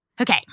Okay